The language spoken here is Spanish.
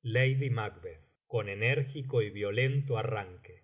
lady mac con enérgico y violento arranque